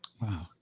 wow